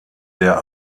der